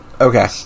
okay